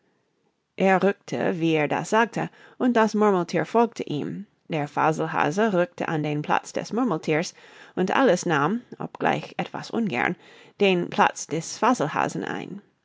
er rückte wie er das sagte und das murmelthier folgte ihm der faselhase rückte an den platz des murmelthiers und alice nahm obgleich etwas ungern den platz des faselhasen ein